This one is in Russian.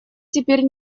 теперь